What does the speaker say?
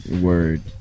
Word